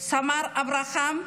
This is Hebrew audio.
סמ"ר אברהם אובגן,